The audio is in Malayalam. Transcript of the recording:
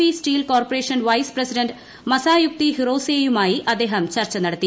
E steel corporation vice president മസായുക്തി ഹിറോസേയുമായി അദ്ദേഹം ചർച്ച നടത്തി